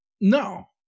No